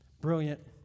Brilliant